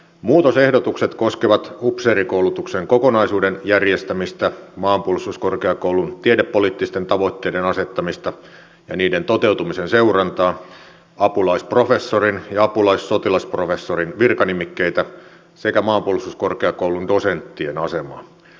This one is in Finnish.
muutosehdotukset koskevat upseerikoulutuksen kokonaisuuden järjestämistä maanpuolustuskorkeakoulun tiedepoliittisten tavoitteiden asettamista ja niiden toteutumisen seurantaa apulaisprofessorin ja apulaissotilasprofessorin virkanimikkeitä sekä maanpuolustuskorkeakoulun dosenttien asemaa